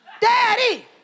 Daddy